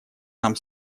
нам